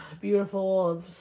beautiful